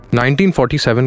1947